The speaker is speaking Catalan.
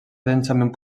densament